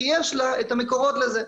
כי יש לה את המקורות לזה.